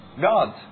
gods